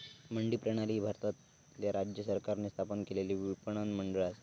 मंडी प्रणाली ही भारतातल्या राज्य सरकारांनी स्थापन केलेला विपणन मंडळ असा